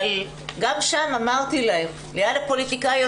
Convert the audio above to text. שם גם אמרתי להם שליד הפוליטיקאיות